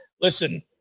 listen